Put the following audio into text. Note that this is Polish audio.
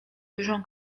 dużą